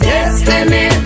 Destiny